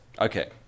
Okay